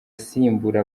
asimbura